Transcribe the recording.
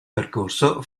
percorso